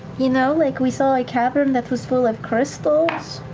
you know, like we saw a cavern that was full of crystals.